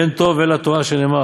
ואין טוב אלא תורה שנאמר